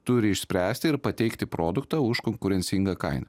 turi išspręsti ir pateikti produktą už konkurencingą kainą